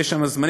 ויש שם זמנים,